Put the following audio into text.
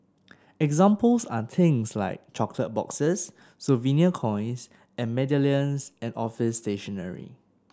examples are things like chocolate boxes souvenir coins or medallions and office stationery